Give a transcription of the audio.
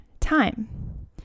time